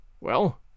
Well